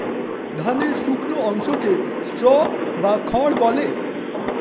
ধানের শুকনো অংশকে স্ট্র বা খড় বলে